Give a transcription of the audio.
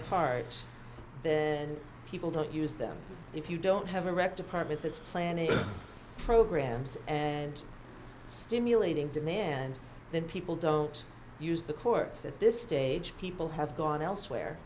apart and people don't use them if you don't have a rec department that's planning programs and stimulating demand then people don't use the courts at this stage people have gone elsewhere